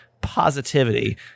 positivity